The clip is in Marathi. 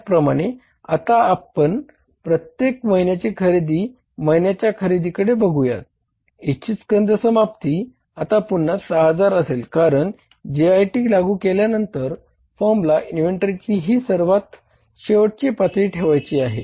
त्याचप्रमाणे आता आम्ही प्रत्येक महिन्याची खरेदी महिन्याच्या खरेदीकडे बघुयात इच्छित स्कंध समाप्ती इन्व्हेंटरीची ही सर्वात शेवटची पातळी ठेवायची आहे